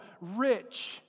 rich